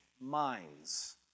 minds